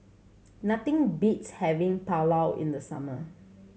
nothing beats having Pulao in the summer